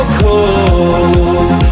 cold